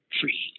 free